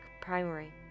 primary